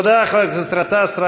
תודה לחבר הכנסת גטאס.